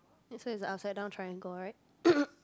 this one is upside down triangle right